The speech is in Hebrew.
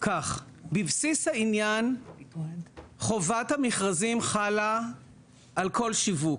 בבסיס העניין חובת המכרזים חלה על כל שיווק.